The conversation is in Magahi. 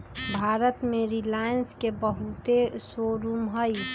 भारत में रिलाएंस के बहुते शोरूम हई